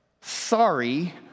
sorry